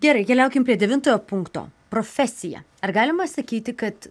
gerai keliaukim prie devintojo punkto profesija ar galima sakyti kad